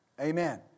Amen